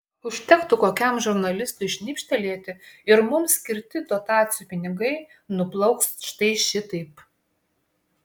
užtektų kokiam žurnalistui šnipštelėti ir mums skirti dotacijų pinigai nuplauks štai šitaip